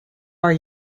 are